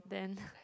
then